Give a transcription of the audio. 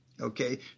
Okay